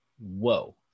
whoa